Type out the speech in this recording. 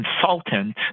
consultant